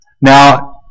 Now